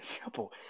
simple